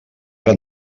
ara